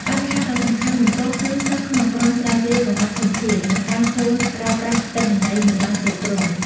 បញ្ហាដ៏សំខាន់បន្ទាប់គឺសិស្សក្នុងក្រុមស្រាវជ្រាវកង្វះធនធាន និងការចូលប្រើប្រាស់ទិន្នន័យមិនបានគ្រប់គ្រាន់។